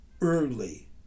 early